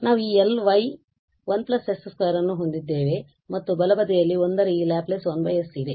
ಆದ್ದರಿಂದ ನಾವು ಈ Ly1 s 2 ಅನ್ನು ಹೊಂದಿದ್ದೇವೆ ಮತ್ತು ಬಲಬದಿಯಲ್ಲಿ 1 ರ ಈ ಲ್ಯಾಪ್ಲೇಸ್ 1s ಇದೆ